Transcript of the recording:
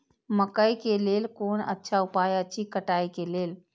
मकैय के लेल कोन अच्छा उपाय अछि कटाई के लेल?